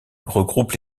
regroupe